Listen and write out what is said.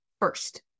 first